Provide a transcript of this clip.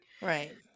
Right